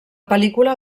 pel·lícula